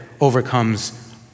overcomes